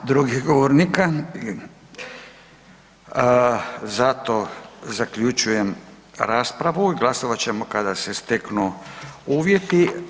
Nema drugih govornika zato zaključujem raspravu i glasovat ćemo kada se steknu uvjeti.